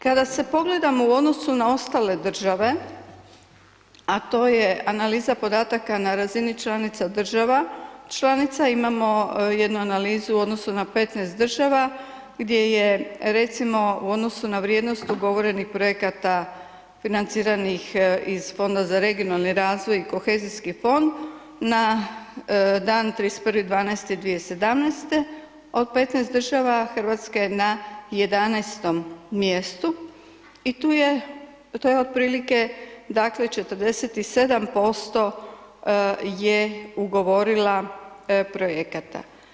Kada se pogledamo o odnosu na ostale države, a to je analiza podataka na razini članica država, članica imamo jednu analizu u odnosu na 15 država, gdje je recimo u odnosu na vrijednost ugovorenih projekata financiranih iz Fonda za regionalni razvoj i kohezijski fond, na dan 31.12.2017., od 15 država, Hrvatska je na 11. mjestu, i tu je, to je otprilike, dakle, 47% je ugovorila projekata.